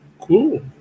Cool